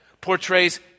portrays